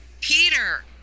Peter